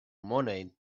money